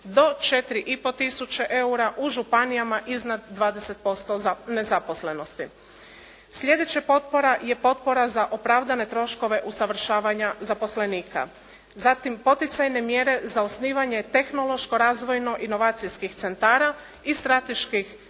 i pol tisuće eura u županijama iznad 20% nezaposlenosti. Sljedeća potpora je potpora za opravdane troškove usavršavanja zaposlenika. Zatim poticajne mjere za osnivanje tehnološko razvojno inovacijskih centara i strateških